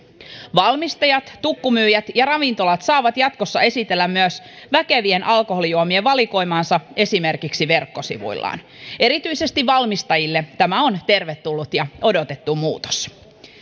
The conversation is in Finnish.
valmistajat tukkumyyjät ja ravintolat saavat jatkossa esitellä myös väkevien alkoholijuomien valikoimaansa esimerkiksi verkkosivuillaan erityisesti valmistajille tämä on tervetullut ja odotettu muutos